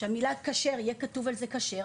שהמילה כשר, יהיה כתוב על זה כשר,